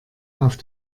auf